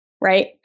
right